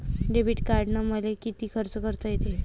Debit कार्डानं मले किती खर्च करता येते?